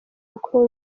mukuru